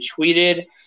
tweeted